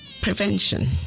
prevention